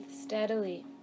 Steadily